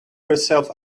herself